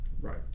right